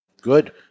Good